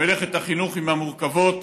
מלאכת החינוך היא מהמורכבות